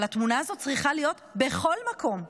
אבל התמונה הזאת צריך יכול להיות בכל מקום,